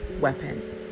weapon